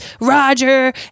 Roger